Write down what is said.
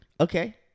Okay